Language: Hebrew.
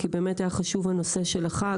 כי באמת היה חשוב הנושא של החג,